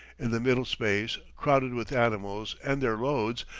in the middle space, crowded with animals and their loads,